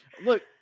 Look